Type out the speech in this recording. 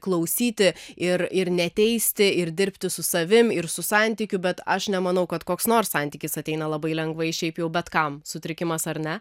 klausyti ir ir neteisti ir dirbti su savim ir su santykiu bet aš nemanau kad koks nors santykis ateina labai lengvai šiaip jau bet kam sutrikimas ar ne